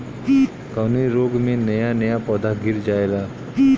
कवने रोग में नया नया पौधा गिर जयेला?